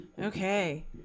okay